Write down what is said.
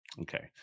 okay